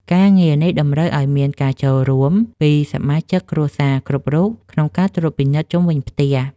ការងារនេះតម្រូវឱ្យមានការចូលរួមពីសមាជិកគ្រួសារគ្រប់រូបក្នុងការត្រួតពិនិត្យជុំវិញផ្ទះ។